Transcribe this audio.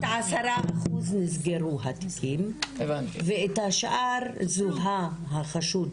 10% נסגרו התיקים ובשאר זוהה החשוד,